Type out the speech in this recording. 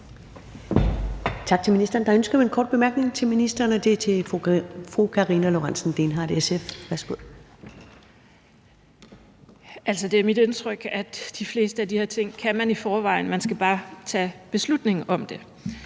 Det er mit indtryk, at de fleste af de her ting kan man i forvejen; man skal bare tage beslutningen om det.